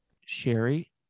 Sherry